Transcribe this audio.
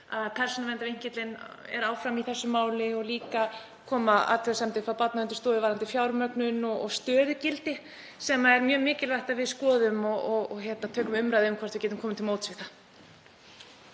að persónuverndarvinkillinn er áfram í þessu máli. Einnig komu athugasemdir frá Barnaverndarstofu varðandi fjármögnun og stöðugildi sem er mjög mikilvægt að við skoðum og tökum umræðu um hvort við getum komið til móts við.